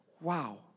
Wow